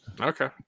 Okay